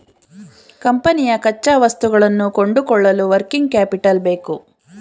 ಕಂಪನಿಯ ಕಚ್ಚಾವಸ್ತುಗಳನ್ನು ಕೊಂಡುಕೊಳ್ಳಲು ವರ್ಕಿಂಗ್ ಕ್ಯಾಪಿಟಲ್ ಬೇಕು